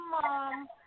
Mom